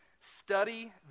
Study